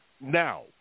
Now